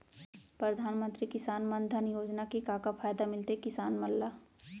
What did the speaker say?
परधानमंतरी किसान मन धन योजना के का का फायदा मिलथे किसान मन ला?